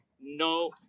no